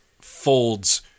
folds